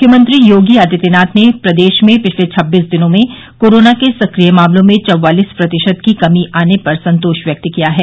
मुख्यमंत्री योगी आदित्यनाथ ने प्रदेश में पिछले छब्बीस दिनों में कोरोना के सकिय मामलों में चौवालिस प्रतिशत की कमी आने पर संतोष व्यक्त किया है